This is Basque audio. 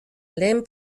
lehen